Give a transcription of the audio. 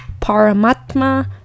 Paramatma